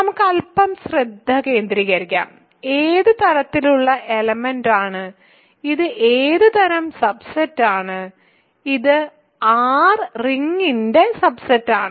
നമുക്ക് അൽപ്പം ശ്രദ്ധ കേന്ദ്രീകരിക്കാം ഏത് തരത്തിലുള്ള എലെമെന്റാണ് ഇത് ഏത് തരം സബ്സെറ്റാണ് ഇത് R റിങ്ങിന്റെ സബ്സെറ്റാണ്